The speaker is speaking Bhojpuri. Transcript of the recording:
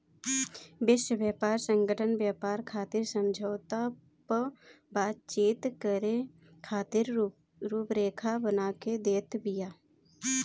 विश्व व्यापार संगठन व्यापार खातिर समझौता पअ बातचीत करे खातिर रुपरेखा बना के देत बिया